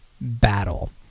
Battle